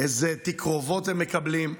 אילו תקרובות הם מקבלים,